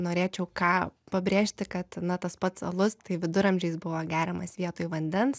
norėčiau ką pabrėžti kad na tas pats alus tai viduramžiais buvo geriamas vietoj vandens